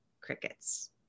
crickets